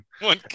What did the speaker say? One